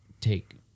take